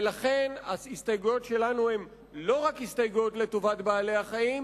ולכן ההסתייגויות שלנו הן לא רק הסתייגויות לטובת בעלי-החיים